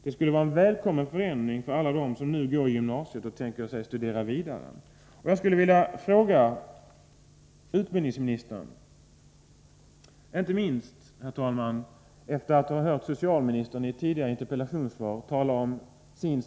Det skulle vara en välkommen förändring för alla dem som nu går på gymnasiet och som avser att studera vidare. Herr talman! I ett interpellationssvar tidigare har socialministern uttalat att hon är beredd till samförstånd och tillmötesgående.